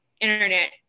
internet